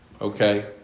okay